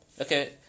Okay